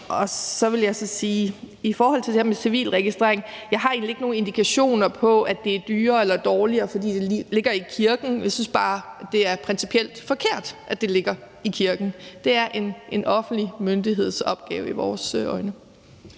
af mit eget parti. I forhold til det her med civilregistrering vil jeg sige, at jeg ikke har nogen indikationer på, at det er dyrere eller dårligere, fordi det ligger i kirken. jeg synes bare, det er principielt forkert, at det ligger i kirken. Det er en offentlig myndighedsopgave, set med vores øjne.